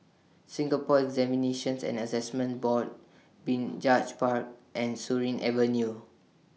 Singapore Examinations and Assessment Board Binjai Park and Surin Avenue